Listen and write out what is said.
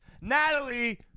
Natalie